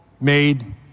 made